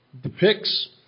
depicts